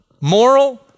Moral